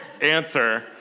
answer